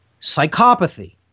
Psychopathy